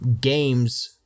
games